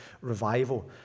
revival